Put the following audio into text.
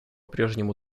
прежнему